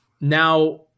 now